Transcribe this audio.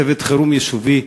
צוות חירום יישובי,